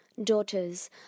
daughters